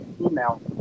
email